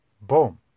boom